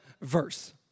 verse